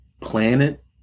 planet